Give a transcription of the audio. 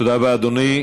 תודה רבה, אדוני.